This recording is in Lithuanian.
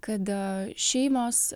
kada šeimos